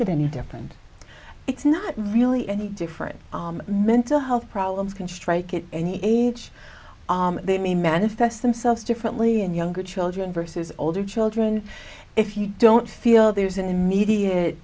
it any different it's not really any different mental health problems can strike at any age they may manifest themselves differently in younger children versus older children if you don't feel there is an immediate